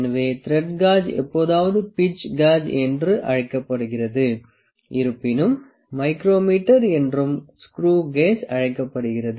எனவே thread gauge எப்போதாவது pitch gauge என்றும் அழைக்கப்படுகிறது இருப்பினும் மைக்ரோமீட்டர் என்றும் ஸ்க்ரூ கேஜ் அழைக்கப்படுகிறது